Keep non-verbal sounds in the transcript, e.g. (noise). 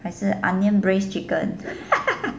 还是 onions braised chicken (laughs)